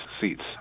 seats